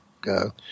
go